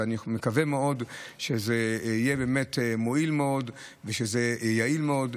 ואני מקווה מאוד שזה יהיה באמת מועיל ויעיל מאוד,